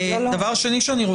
דבר שני,